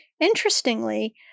Interestingly